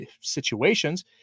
situations